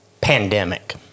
pandemic